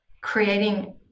creating